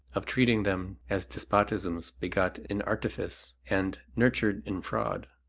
of treating them as despotisms begot in artifice and nurtured in fraud.